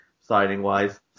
signing-wise